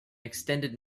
extended